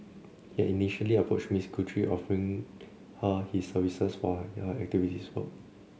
he had initially approached Miss Guthrie offering her his services for her activist work